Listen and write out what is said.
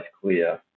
clear